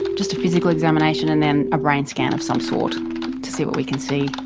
just a physical examination and then a brain scan of some sort to see what we can see.